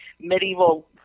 medieval